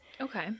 Okay